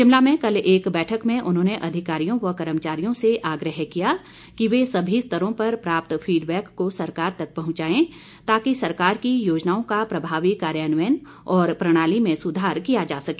शिमला में कल एक बैठक में उन्होंने अधिकारियों व कर्मचारियों से आग्रह किया कि वे सभी स्तरों पर प्राप्त फीड बैक को सरकार तक पहुंचाए ताकि सरकार की योजनाओं का प्रभावी कार्यान्वयन और प्रणाली में सुधार किया जा सके